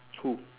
who